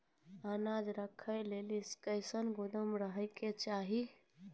अनाज राखै लेली कैसनौ गोदाम रहै के चाही?